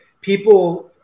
people